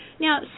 Now